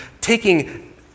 taking